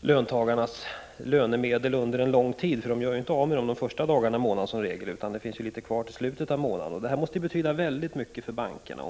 löntagarnas lönemedel under en lång tid. Löntagarna gör ju som regel inte av med pengarna de första dagarna i månaden, utan det finns litet kvar till slutet av månaden. Detta måste betyda väldigt mycket för bankerna.